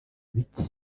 bike